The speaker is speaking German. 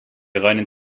reinen